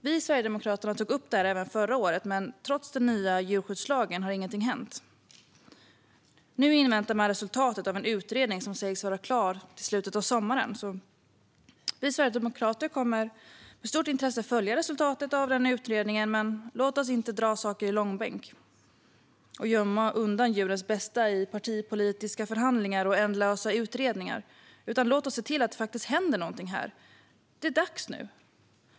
Vi i Sverigedemokraterna tog upp detta även förra året, men trots den nya djurskyddslagen har inget hänt. Nu inväntar man resultatet av en utredning som sägs vara klar i slutet av sommaren. Vi sverigedemokrater kommer med stort intresse att följa resultatet av den utredningen. Men låt oss inte dra saker i långbänk och gömma undan djurens bästa i partipolitiska förhalningar och ändlösa utredningar, utan låt oss se till att det faktiskt händer något här. Det är dags nu!